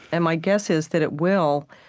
and my guess is that it will,